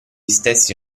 stessi